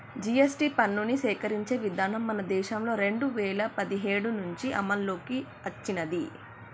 GST పన్నుని సేకరించే విధానం మన దేశంలో రెండు వేల పదిహేడు నుంచి అమల్లోకి వచ్చినాది